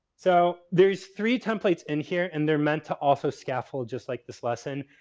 so, there's three templates in here, and they're meant to also scaffold just like this lesson.